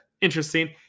interesting